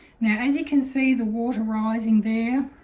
now as you can see the water rising there